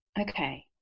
okay